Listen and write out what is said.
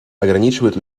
ограничивает